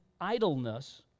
idleness